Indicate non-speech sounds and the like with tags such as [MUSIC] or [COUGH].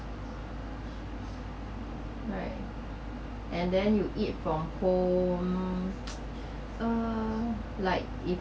right and then you eat from home [NOISE] uh like if